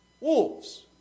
wolves